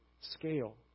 scale